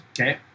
okay